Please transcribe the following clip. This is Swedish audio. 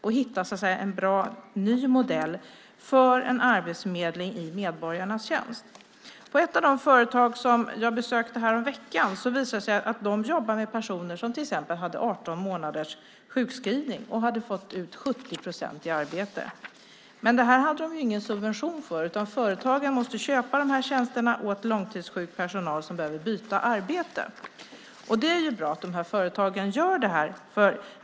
Det gäller att hitta en bra ny modell för en arbetsförmedling i medborgarnas tjänst. Det visade sig att ett av de företag jag besökte häromveckan jobbar med personer som hade 18 månaders sjukskrivning, och de hade fått ut 70 procent i arbete. Det hade de ingen subvention för. Företagen måste köpa tjänsterna åt långtidssjuk personal som behöver byta arbete. Det är bra att dessa företag gör detta.